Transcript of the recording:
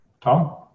Tom